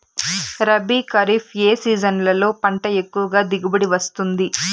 రబీ, ఖరీఫ్ ఏ సీజన్లలో పంట ఎక్కువగా దిగుబడి వస్తుంది